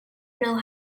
know